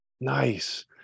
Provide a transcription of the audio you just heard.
Nice